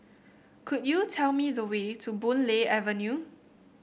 could you tell me the way to Boon Lay Avenue